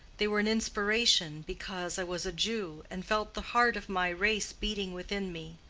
they were an inspiration, because i was a jew, and felt the heart of my race beating within me.